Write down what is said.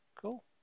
Cool